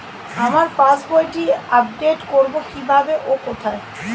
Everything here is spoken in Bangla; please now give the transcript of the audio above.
আমার পাস বইটি আপ্ডেট কোরবো কীভাবে ও কোথায়?